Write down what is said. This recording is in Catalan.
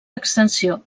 extensió